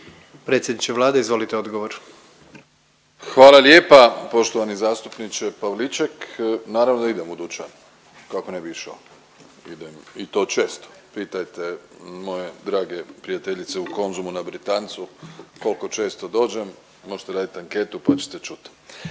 **Plenković, Andrej (HDZ)** Hvala lijepa poštovani zastupničke Pavliček. Naravno da idem u dućan, kako ne bi išao, idem i to često, pitajte moje drage prijateljice u Konzumu na Britancu koliko često dođem, možete radit anketu pa ćete čut.